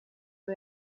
aba